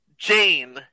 Jane